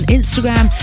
Instagram